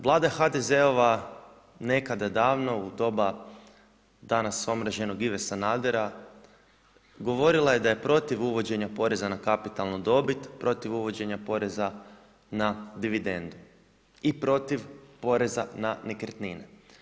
Vlada HDZ-ova nekada davno u doba danas omraženog Ive Sanadera govorila je da je protiv uvođenja poreza na kapitalnu dobit, protiv uvođenja poreza na dividendu i protiv poreza na nekretnine.